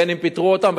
בין אם פיטרו אותם,